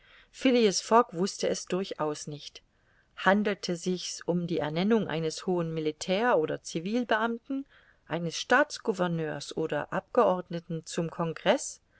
fogg wußte es durchaus nicht handelte sich's um die ernennung eines hohen militär oder civilbeamten eines